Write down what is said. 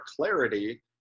clarity